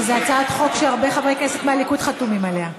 שזאת הצעת חוק שהרבה חברי כנסת מהליכוד חתומים עליה.